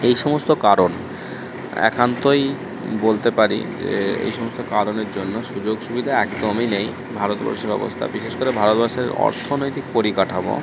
এই সমস্ত কারণ একান্তই বলতে পারি যে এই সমস্ত কারণের জন্য সুযোগ সুবিধা একদমই নেই ভারতবর্ষের অবস্থা বিশেষ করে ভারতবর্ষের অর্থনৈতিক পরিকাঠামো